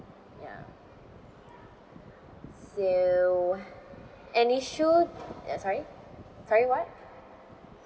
ya so an issue uh sorry sorry what